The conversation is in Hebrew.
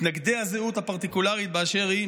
מתנגדי הזהות הפרטיקולרית באשר היא,